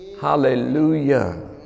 Hallelujah